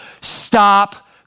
Stop